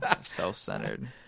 self-centered